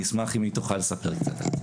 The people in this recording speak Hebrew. אני אשמח אם היא תוכל לספר קצת.